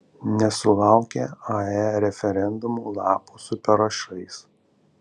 nesulaukia ae referendumo lapų su parašais